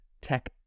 tech